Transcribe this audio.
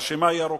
הרשימה ארוכה.